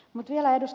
mutta vielä ed